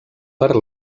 per